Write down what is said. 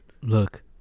Look